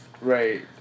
Right